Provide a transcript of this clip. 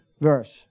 verse